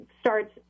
starts